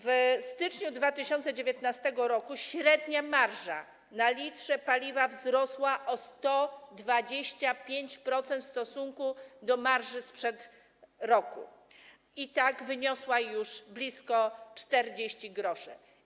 W styczniu 2019 r. średnia marża na 1 l paliwa wzrosła o 125% w stosunku do marży sprzed roku i wyniosła już blisko 40 groszy.